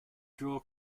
draw